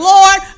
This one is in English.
Lord